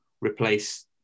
replace